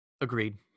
Agreed